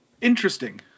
Interesting